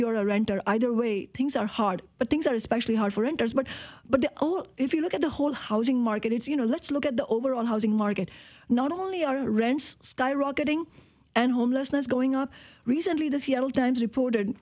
you're a renter either way things are hard but things are especially hard for interest but but if you look at the whole housing market it's you know let's look at the overall housing market not only are rents skyrocketing and homelessness going up recently the seattle times reported